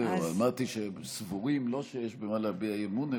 אז אמרתי שהם סבורים לא שיש במה להביע אי-אמון,